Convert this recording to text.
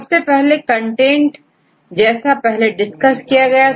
सबसे पहले कंटेंट जैसा पहले डिस्कस किया था